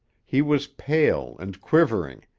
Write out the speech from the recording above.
he was pale and quivering.